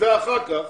ואחר כך